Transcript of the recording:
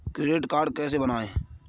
Credit card कैसे बनवाएँ?